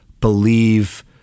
believe